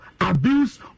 abuse